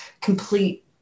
complete